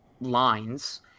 lines